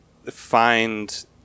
find